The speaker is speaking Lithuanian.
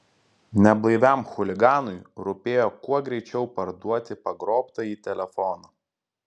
neblaiviam chuliganui rūpėjo kuo greičiau parduoti pagrobtąjį telefoną